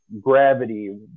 gravity